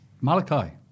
Malachi